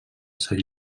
sant